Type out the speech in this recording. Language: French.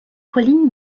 collines